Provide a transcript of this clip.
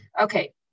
Okay